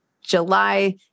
July